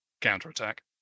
counterattack